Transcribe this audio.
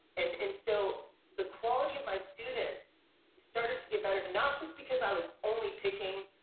and and so the quality of my students started to get better. not just because i was only picking,